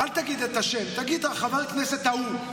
אל תגיד את השם, תגיד: חבר הכנסת ההוא.